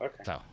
okay